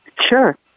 sure